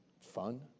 Fun